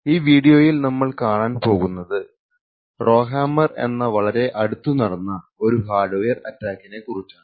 ഈ വീഡിയോ യിൽ നമ്മൾ കാണാൻ പോകുന്നത് റൊഹാമ്മർ എന്ന വളരെ അടുത്തു നടന്ന ഒരു ഹാർഡ്വെയർ അറ്റാക്കിനെ കുറിച്ചാണ്